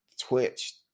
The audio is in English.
Twitch